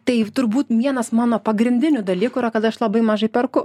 tai turbūt vienas mano pagrindinių dalykų yra kad aš labai mažai perku